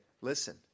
listen